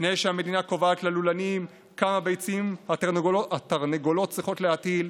לפני שהמדינה קובעת ללולנים כמה ביצים התרנגולות צריכות להטיל,